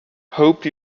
hope